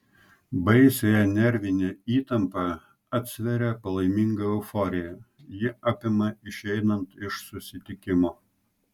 baisiąją nervinę įtampą atsveria palaiminga euforija ji apima išeinant iš susitikimo